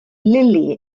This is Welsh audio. lili